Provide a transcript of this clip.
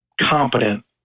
competent